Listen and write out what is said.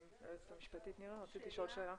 היועצת המשפטית רוצה לשאול שאלה.